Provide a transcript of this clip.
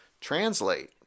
translate